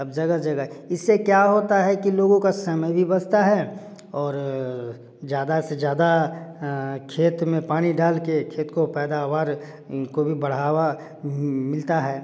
अब जगह जगह इससे क्या होता है कि लोगों का समय भी बचता है और ज़्यादा से ज़्यादा खेत में पानी डाल के खेत को पैदावार को भी बढ़ावा मिलता है